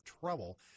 trouble